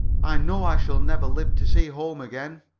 i know i shall never live to see home again!